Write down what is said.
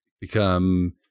become